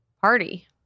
party